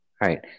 right